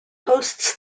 hosts